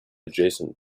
adjacent